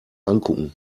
angucken